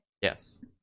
Yes